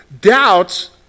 Doubts